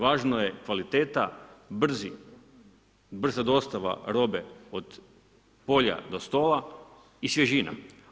Važno je kvaliteta, brza dostava robe, od polja do stola i svježina.